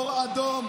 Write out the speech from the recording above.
אור אדום,